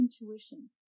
intuition